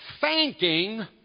thanking